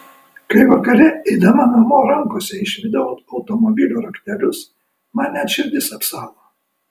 kai vakare eidama namo rankose išvydau automobilio raktelius man net širdis apsalo